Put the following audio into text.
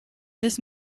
this